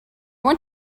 want